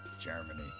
Germany